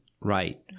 right